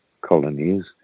colonies